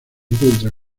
encuentran